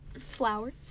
Flowers